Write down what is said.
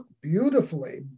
beautifully